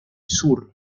sur